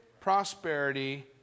prosperity